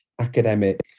academic